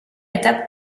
étape